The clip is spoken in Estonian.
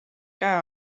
käe